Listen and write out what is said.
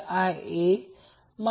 तर फक्त सरळ करा 2